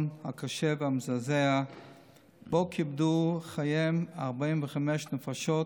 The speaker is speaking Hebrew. הקשה והמזעזע שבו קיפדו חייהן 45 נפשות,